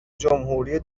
جمهوری